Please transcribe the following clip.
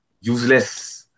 useless